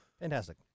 Fantastic